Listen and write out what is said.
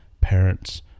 parents